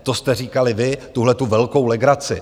To jste říkali vy, tuhletu velkou legraci.